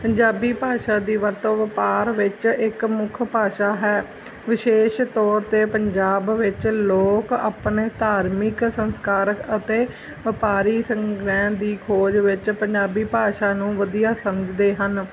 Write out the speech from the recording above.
ਪੰਜਾਬੀ ਭਾਸ਼ਾ ਦੀ ਵਰਤੋਂ ਵਪਾਰ ਵਿੱਚ ਇੱਕ ਮੁੱਖ ਭਾਸ਼ਾ ਹੈ ਵਿਸ਼ੇਸ਼ ਤੌਰ 'ਤੇ ਪੰਜਾਬ ਵਿੱਚ ਲੋਕ ਆਪਣੇ ਧਾਰਮਿਕ ਸੰਸਾਰਕ ਅਤੇ ਵਪਾਰੀ ਸੰਗ੍ਰਹਿ ਦੀ ਖੋਜ ਵਿੱਚ ਪੰਜਾਬੀ ਭਾਸ਼ਾ ਨੂੰ ਵਧੀਆ ਸਮਝਦੇ ਹਨ